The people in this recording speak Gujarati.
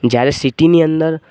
જ્યારે સિટિની અંદર